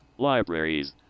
Libraries